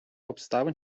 обставин